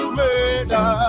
murder